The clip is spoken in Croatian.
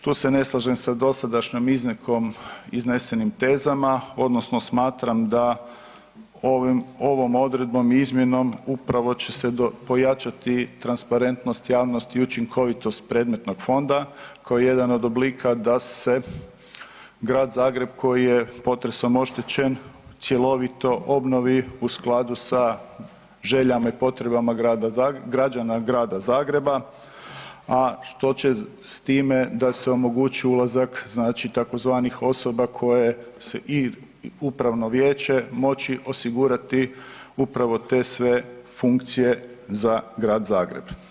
Tu se ne slažem sa dosadašnjom …/nerazumljivo/… iznesenim tezama odnosno smatram da ovom odredbom i izmjenom upravo će se pojačati transparentnost, javnost i učinkovitost predmetnog fonda koji je jedan od oblika da se Grad Zagreb koji je potresom oštećen cjelovito obnovi u skladu sa željama i potrebama grada, građana Grada Zagreba, a što će s time da se omogući ulazak znači tzv. osoba koje se i upravno vijeće moći osigurati upravo te sve funkcije za Grad Zagreb.